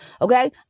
okay